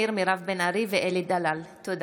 תודה.